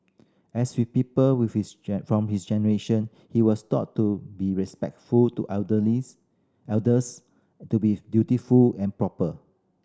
as with people with his from his generation he was taught to be respectful to elders to be dutiful and proper